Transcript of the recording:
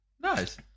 nice